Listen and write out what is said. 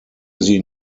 sie